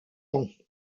ans